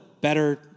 better